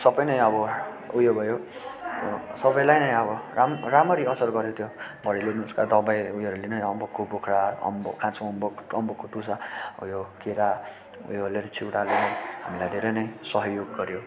सबै नै अब उयो भयो सबैलाई नै अब राम राम्ररी असर गऱ्यो त्यो घरेलु नुस्खा दबाई उयोहरूले नै अम्बकको बोक्रा अम्बक काँचो अम्बक अम्बकको टुसा उयो केरा उयो चिउराले नै हामीलाई धेरै नै सहयोग गऱ्यो